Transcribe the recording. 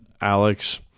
Alex